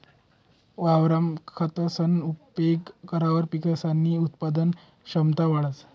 वावरमा खतसना उपेग करावर पिकसनी उत्पादन क्षमता वाढंस